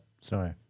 Sorry